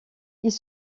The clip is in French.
ils